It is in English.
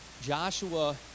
Joshua